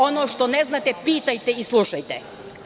Ono što ne znate, pitajte i slušajte.